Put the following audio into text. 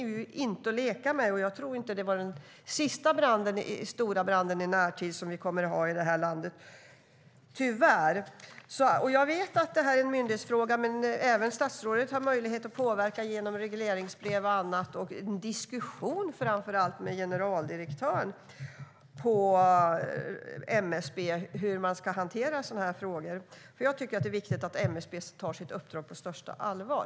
Den var inte att leka med, och jag tror inte att det var den sista stora branden i närtid som vi kommer att utsättas för i det här landet, tyvärr. Jag vet att det här är en myndighetsfråga, men även statsrådet har möjlighet att påverka genom regleringsbrev och annat, framför allt genom en diskussion med generaldirektören på MSB om hur sådana här frågor ska hanteras. Jag tycker att det är viktigt att MSB tar sitt uppdrag på största allvar.